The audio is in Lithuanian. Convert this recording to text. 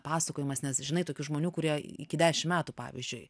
pasakojimas nes žinai tokių žmonių kurie iki dešim metų pavyzdžiui